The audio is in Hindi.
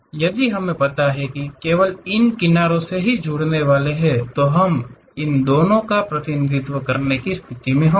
यदि हमें पता है कि केवल इन किनारों से जुड़े होने वाले है तो हम इन दोनों का प्रतिनिधित्व करने की स्थिति में होंगे